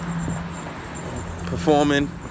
performing